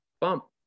bump